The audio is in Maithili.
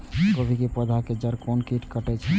गोभी के पोधा के जड़ से कोन कीट कटे छे?